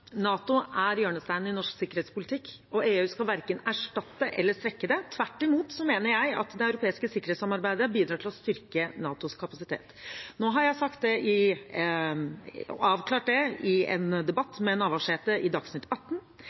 Tvert imot mener jeg det europeiske sikkerhetssamarbeidet bidrar til å styrke NATOs kapasitet. Nå har jeg avklart det i en debatt med representanten Navarsete i Dagsnytt 18,